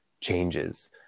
changes